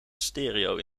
stereo